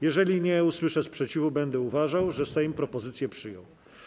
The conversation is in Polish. Jeżeli nie usłyszę sprzeciwu, będę uważał, że Sejm propozycję przyjął.